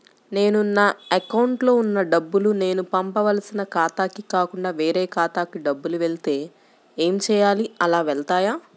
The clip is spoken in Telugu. నేను నా అకౌంట్లో వున్న డబ్బులు నేను పంపవలసిన ఖాతాకి కాకుండా వేరే ఖాతాకు డబ్బులు వెళ్తే ఏంచేయాలి? అలా వెళ్తాయా?